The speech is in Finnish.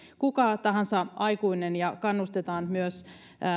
kuka tahansa aikuinen ja kannustetaan myös